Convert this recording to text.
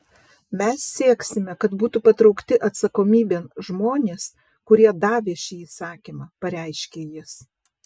mes sieksime kad būtų patraukti atsakomybėn žmonės kurie davė šį įsakymą pareiškė jis